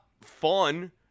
fun